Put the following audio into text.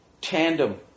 tandem